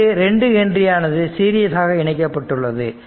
இங்கு 2 ஹென்றி ஆனது சீரியசாக இணைக்கப்பட்டுள்ளது